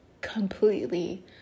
completely